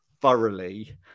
thoroughly